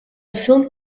film